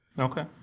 Okay